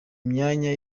myanya